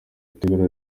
itegurwa